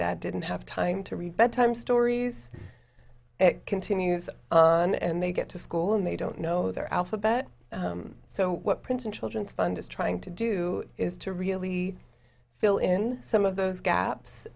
dad didn't have time to read bedtime stories continues and they get to school and they don't know their alphabet so what princeton children's fund is trying to do is to really fill in some of those gaps